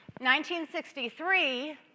1963